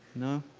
no?